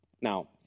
Now